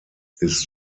ist